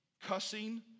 cussing